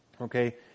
Okay